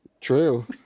True